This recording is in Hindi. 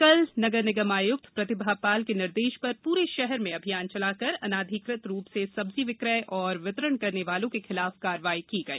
कल नगर निगम आयुक्त प्रतिभा पाल के निर्देश पर पूरे शहर में अभियान चलाकर अनाधिकृत रूप से सब्जी विक्रय और वितरण करने वालों के खिलाफ कार्रवाई की गई